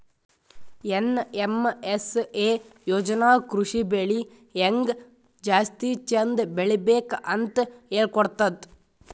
NMSA ಯೋಜನಾ ಕೃಷಿ ಬೆಳಿ ಹೆಂಗ್ ಜಾಸ್ತಿ ಚಂದ್ ಬೆಳಿಬೇಕ್ ಅಂತ್ ಹೇಳ್ಕೊಡ್ತದ್